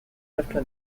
after